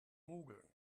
mogeln